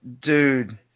Dude